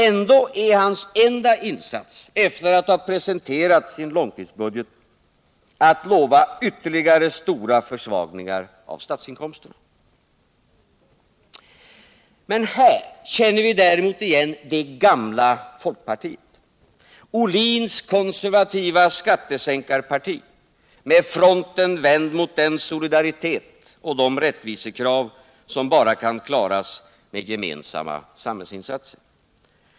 Ändå är hans enda insats, efter att ha presenterat sin långtidsbudget, att lova ytterligare stora försvagningar av statsinkomsterna. Här känner vi däremot igen det gamla folkpartiet — Bertil Ohlins konservativa skattesänkarparti, med fronten vänd mot den solidaritet och de rättvisekrav som bara kan klaras med gemensamma samhällsinsatser.